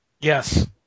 Yes